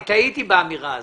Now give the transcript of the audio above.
טעיתי באמירה הזאת.